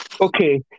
okay